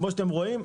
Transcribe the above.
כמו שאתם רואים,